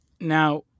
Now